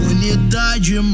Unidade